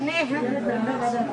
רוצים לברוח מהרבנות,